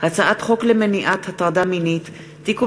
הצעת חוק למניעת הטרדה מינית (תיקון